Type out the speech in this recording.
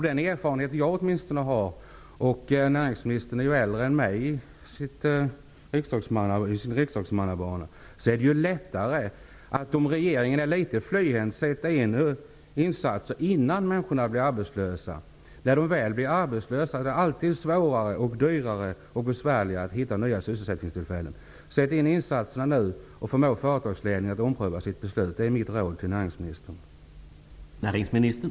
Den erfarenhet jag har -- näringsministern har ju en längre riksdagsmannabana än jag -- säger mig att det är lättare för regeringen, om den är litet flyhänt, att sätta in insatser innan människorna blir arbetslösa. När de väl blir arbetslösa är det alltid svårare, dyrare och besvärligare att hitta nya sysselsättningstillfällen. Sätt in insatserna nu, och förmå företagsledningen att ompröva sitt beslut! Det är mitt råd till näringsministern.